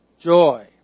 Joy